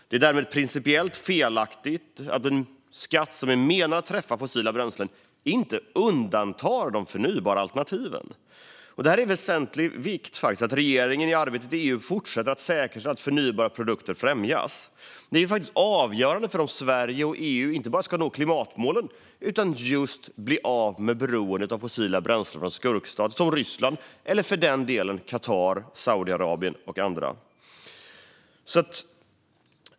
Det är principiellt felaktigt att en skatt som är menad att träffa fossila bränslen inte undantar de förnybara alternativen, och det är av väsentlig vikt att regeringen i arbetet inom EU säkerställer att förnybara produkter främjas. Det är avgörande för om Sverige och EU ska kunna inte bara nå klimatmålen utan också bli av med beroendet av fossila bränslen från skurkstater som Ryssland eller för den delen Qatar, Saudiarabien och andra.